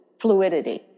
fluidity